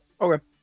okay